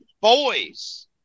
boys